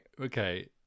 Okay